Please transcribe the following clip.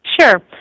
Sure